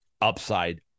upside